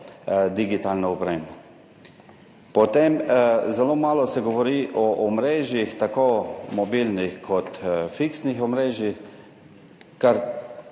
digitalno opremo. Zelo malo se govori o omrežjih, tako mobilnih kot fiksnih omrežjih. V